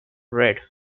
red